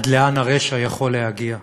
עד לאן הרשע יכול להגיע.